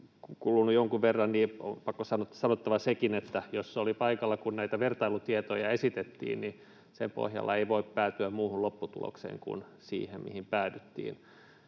kuulunut jonkun verran, niin on sanottava sekin, että jos oli paikalla, kun näitä vertailutietoja esitettiin, niin sen pohjalta ei voi päätyä muuhun lopputulokseen kuin siihen, mihin päädyttiin.